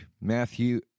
Matthew